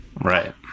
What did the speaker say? Right